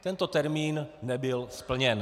Tento termín nebyl splněn.